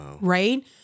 right